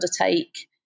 undertake